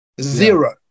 zero